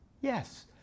Yes